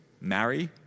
marry